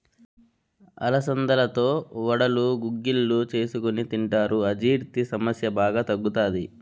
అలసందలతో వడలు, గుగ్గిళ్ళు చేసుకొని తింటారు, అజీర్తి సమస్య బాగా తగ్గుతాది